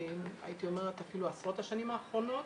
הייתי אומרת אפילו עשרות השנים האחרונות,